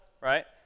right